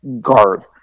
guard